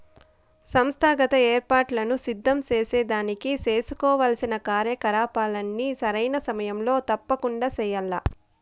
సంస్థాగత ఏర్పాట్లను సిద్ధం సేసేదానికి సేసుకోవాల్సిన కార్యకలాపాల్ని సరైన సమయంలో తప్పకండా చెయ్యాల్ల